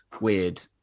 weird